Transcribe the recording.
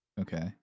Okay